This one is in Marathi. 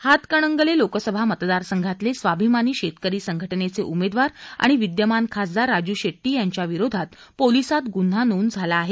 हातकणंगले लोकसभा मतदारसंघातले स्वाभिमानी शेतकरी संघटनेचे उमेदवार आणि विद्यमान खासदार राजू शेट्टी यांच्या विरोधात पोलिसात गुन्हा नोंद झाला आहे